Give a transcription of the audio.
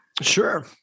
Sure